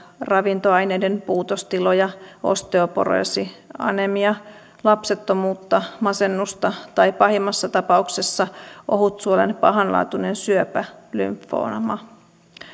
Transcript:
ravintoaineiden puutostiloja osteoporoosi anemia lapsettomuutta masennusta tai pahimmassa tapauksessa ohutsuolen pahanlaatuinen syöpä lymfooma